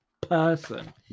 person